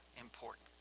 important